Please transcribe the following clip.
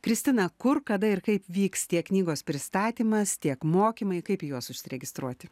kristina kur kada ir kaip vyks tiek knygos pristatymas tiek mokymai kaip į juos užsiregistruoti